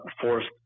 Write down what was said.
forced